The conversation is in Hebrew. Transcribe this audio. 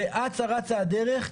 ואצה רצה הדרך.